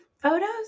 photos